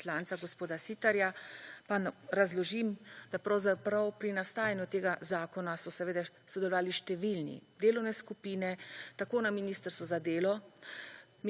poslanca, gospoda Siterja, pa razložim, da pravzaprav pri nastajanju tega zakona so seveda sodelovali številni, delovne skupine, tako na Ministrstvu za delo,